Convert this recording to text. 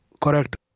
Correct